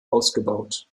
ausgebaut